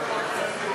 נתקבל.